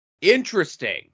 Interesting